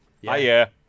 Hiya